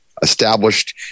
established